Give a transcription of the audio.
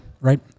right